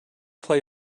play